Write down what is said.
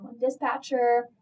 dispatcher